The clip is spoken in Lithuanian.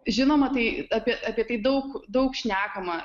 žinoma tai apie apie tai daug daug šnekama